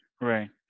right